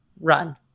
run